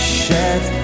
shed